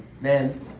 Man